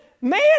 man